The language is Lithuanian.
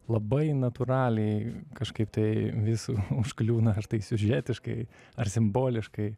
labai natūraliai kažkaip tai vis užkliūna ar tai siužetiškai ar simboliškai